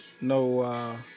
no